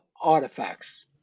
artifacts